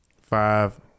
five